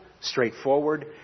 straightforward